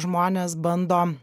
žmonės bando